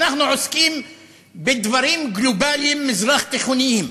שאנחנו עוסקים בדברים גלובליים מזרח-תיכוניים.